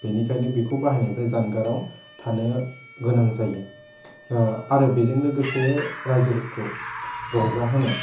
बिनिखायनो बेखौ बाहायनायनिफ्राइ जागाराव थानो गोनां जायो आरो बेजों लोगोसे रायजोफोरखौ रंजाहोनो